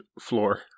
floor